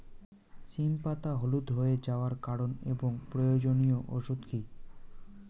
সিম পাতা হলুদ হয়ে যাওয়ার কারণ এবং প্রয়োজনীয় ওষুধ কি?